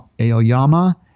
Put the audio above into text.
Aoyama